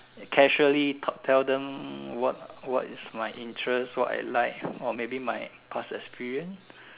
causally tel~ tell them what what is my interest what I like or maybe my past experience